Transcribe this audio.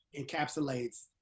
encapsulates